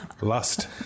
Lust